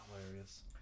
hilarious